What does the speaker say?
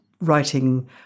writing